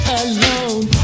alone